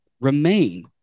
Remain